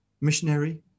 missionary